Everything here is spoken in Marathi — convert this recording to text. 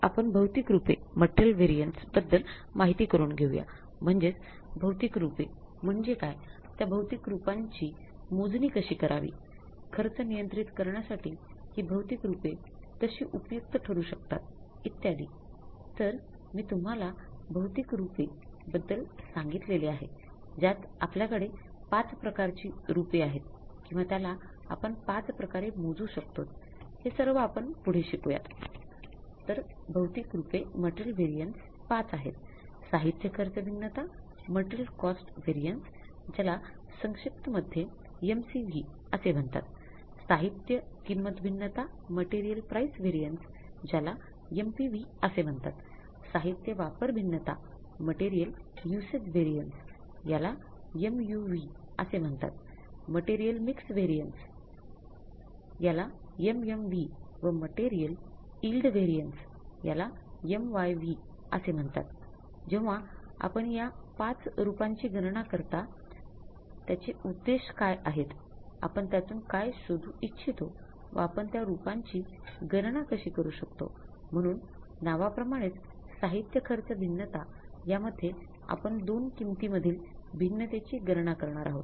तर मागील व्यख्यानात मी तुम्हला हे सांगितलं होत कि रूपे आहेत किंवा त्याला आपण ५ प्रकारे मोजू शकतोत हे सर्व आपण पुढे शिकुयात